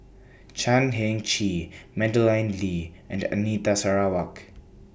Chan Heng Chee Madeleine Lee and Anita Sarawak